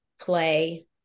play